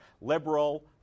liberal